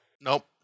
Nope